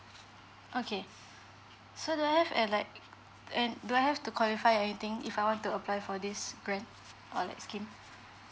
okay so do I have and like and do I have to qualify anything if I want to apply for this grant or like scheme